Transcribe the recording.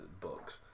books